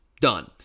Done